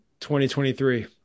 2023